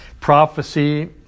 prophecy